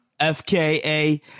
FKA